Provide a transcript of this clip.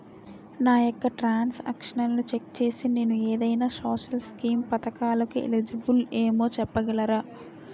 నా యెక్క ట్రాన్స్ ఆక్షన్లను చెక్ చేసి నేను ఏదైనా సోషల్ స్కీం పథకాలు కు ఎలిజిబుల్ ఏమో చెప్పగలరా?